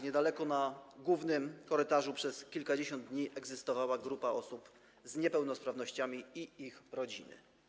Niedaleko, na głównym korytarzu przez kilkadziesiąt dni egzystowała grupa osób z niepełnosprawnościami i ich rodziny.